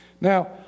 Now